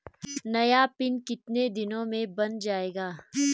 नया पिन कितने दिन में बन जायेगा?